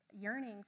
yearning